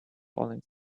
falling